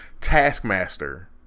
taskmaster